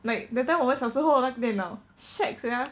like that time 我们小时候那个电脑 shag sia